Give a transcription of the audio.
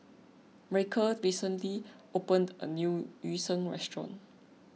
Ryker recently opened a new Yu Sheng restaurant